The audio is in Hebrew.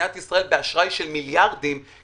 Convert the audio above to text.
ולא יכלו לצאת לרחובות עד שנתנו פתרונות.